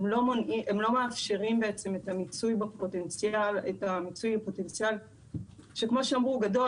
הן לא מאפשרות בעצם את המיצוי הפוטנציאל שכמו שאמרו הוא גדול.